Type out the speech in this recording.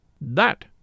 That